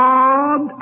God